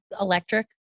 electric